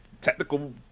technical